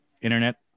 internet